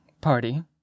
party